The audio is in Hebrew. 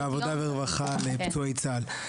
אני בעבודה ורווחה על פצועי צה"ל.